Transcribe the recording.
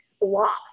lost